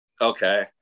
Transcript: okay